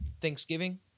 thanksgiving